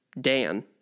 Dan